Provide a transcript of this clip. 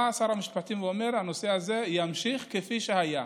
בא שר המשפטים ואומר: הנושא הזה יימשך כפי שהיה.